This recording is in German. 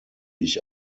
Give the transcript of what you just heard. ich